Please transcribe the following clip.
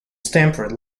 stamford